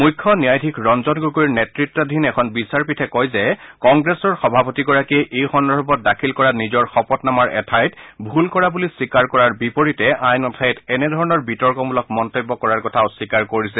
মুখ্য ন্যায়াধীশ ৰঞ্জন গগৈৰ নেত্তাধীন এখন বিচাৰপীঠে কয় যে কংগ্ৰেছৰ সভাপতি গৰাকীয়ে এই সন্দৰ্ভত দাখিল কৰা নিজৰ শপতনামাৰ এঠাইত ভুল কৰা বুলি স্বীকাৰ কৰাৰ বিপৰীতে আন এঠাইত এনে ধৰণৰ বিতৰ্কমূলক মন্তব্য কৰাৰ কথা অস্বীকাৰ কৰিছে